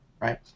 right